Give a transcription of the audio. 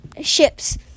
ships